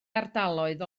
ardaloedd